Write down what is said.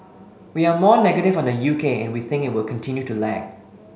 we are more negative on the UK and we think it will continue to lag